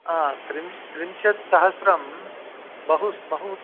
त्रिंशत् सहस्रं बहु बहु